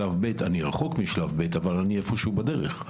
אני רחוק משלב ב' אבל אני איפשהו בדרך.